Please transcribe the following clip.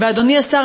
אדוני השר,